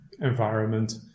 environment